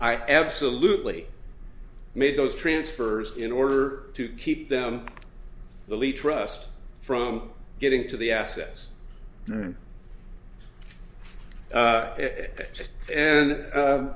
i absolutely made those transfers in order to keep them the lead trust from getting to the access it and